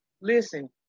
listen